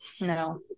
no